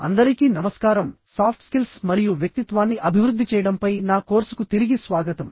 అందరికీ నమస్కారం soft skills మరియు వ్యక్తిత్వాన్ని అభివృద్ధి చేయడంపై నా కోర్సుకు తిరిగి స్వాగతం